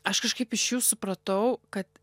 aš kažkaip iš jų supratau kad